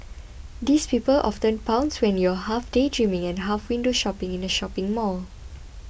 these people often pounce when you're half daydreaming and half window shopping in a shopping mall